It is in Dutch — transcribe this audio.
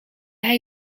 hij